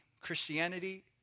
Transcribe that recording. Christianity